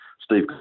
Steve